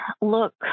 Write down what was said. look